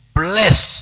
bless